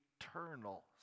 eternal